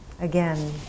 again